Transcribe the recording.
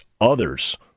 others